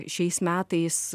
šiais metais